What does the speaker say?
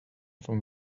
from